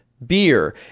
Beer